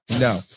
No